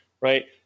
right